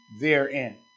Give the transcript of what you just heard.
Therein